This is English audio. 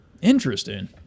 Interesting